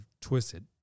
twisted